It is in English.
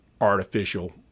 Artificial